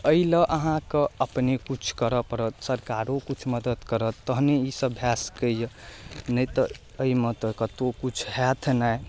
एहिलए अहाँके अपने किछु करऽ पड़त सरकारो किछु मदति करत तहने ईसब भऽ सकैए नहि तऽ एहिमे तऽ कतहु किछु हैत नहि